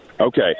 okay